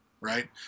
right